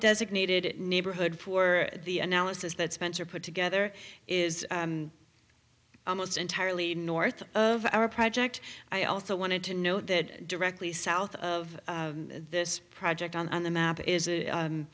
designated neighborhood for the analysis that spencer put together is almost entirely north of our project i also wanted to know that directly south of this project on the map is